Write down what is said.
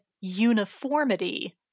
uniformity